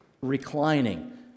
reclining